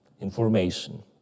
information